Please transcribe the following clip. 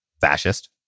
fascist